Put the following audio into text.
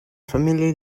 family